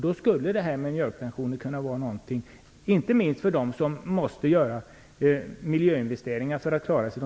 Då skulle förslaget om mjölkpensioner kunna vara något, inte minst för dem som måste göra miljöinvesteringar för att klara sig.